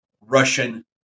Russian